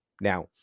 Now